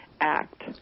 act